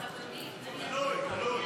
אבל אדוני, אני, תלוי.